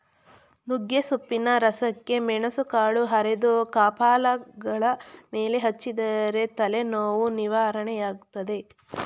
ನುಗ್ಗೆಸೊಪ್ಪಿನ ರಸಕ್ಕೆ ಮೆಣಸುಕಾಳು ಅರೆದು ಕಪಾಲಗಲ ಮೇಲೆ ಹಚ್ಚಿದರೆ ತಲೆನೋವು ನಿವಾರಣೆಯಾಗ್ತದೆ